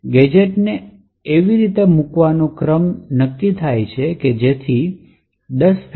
gadgets ને એવી રીતે મૂકવાનો ક્રમ જેથી ક્રમ 10